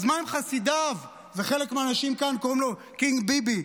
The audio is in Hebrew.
אז מה אם חסידיו וחלק מהאנשים כאן קוראים לו "קינג ביבי",